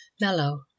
mellow